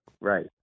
Right